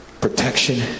protection